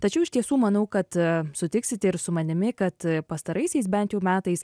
tačiau iš tiesų manau kad sutiksite ir su manimi kad pastaraisiais bent jau metais